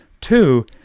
two